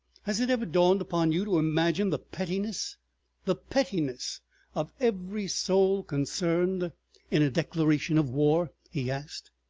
has it ever dawned upon you to imagine the pettiness the pettiness of every soul concerned in a declaration of war? he asked.